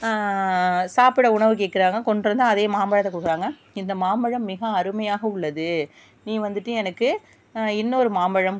சாப்பிட உணவு கேட்குறாங்க கொண்ட்டு வந்து அதே மாம்பழத்தை கொடுக்குறாங்க இந்த மாம்பழம் மிக அருமையாக உள்ளது நீ வந்துவிட்டு எனக்கு இன்னொரு மாம்பழம்